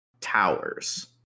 towers